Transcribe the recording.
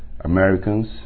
Americans